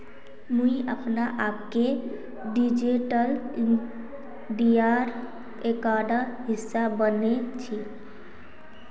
मुई अपने आपक डिजिटल इंडियार एकटा हिस्सा माने छि